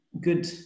good